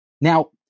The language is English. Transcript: Now